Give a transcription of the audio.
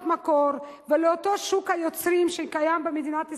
מקור ולאותו שוק היוצרים שקיים במדינת ישראל,